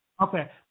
Okay